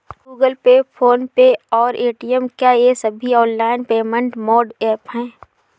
Google pay PhonePe और Paytm क्या ये सभी ऑनलाइन पेमेंट मोड ऐप हैं?